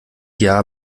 jahr